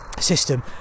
system